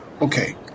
okay